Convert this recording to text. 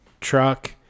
truck